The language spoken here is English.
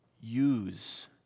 use